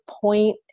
point